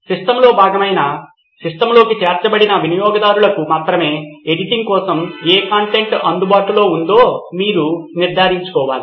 సిస్టమ్లో భాగమైన సిస్టమ్లోకి చేర్చబడిన వినియోగదారులకు మాత్రమే ఎడిటింగ్ కోసం ఏ కంటెంట్ అందుబాటులో ఉందో మీరు నిర్ధారించుకోవాలి